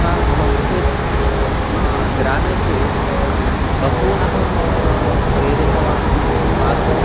हा मम गृहे मम ग्रामे तु बहूनहं प्रेरितवान् आसं